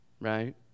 right